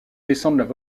descendent